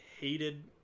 hated